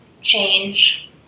change